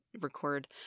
record